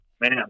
man